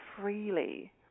freely